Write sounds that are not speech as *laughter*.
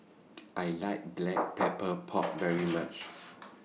*noise* I like Black Pepper *noise* Pork very much *noise*